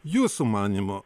jūsų manymu